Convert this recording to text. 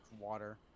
water